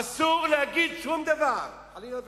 אסור להגיד שום דבר, חלילה וחס.